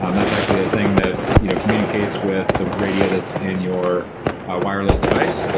um that's actually a thing that you know communicates with the radio that's in your wireless device.